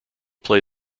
play